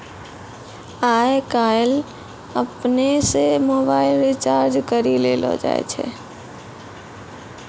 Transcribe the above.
आय काइल अपनै से मोबाइल रिचार्ज करी लेलो जाय छै